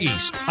East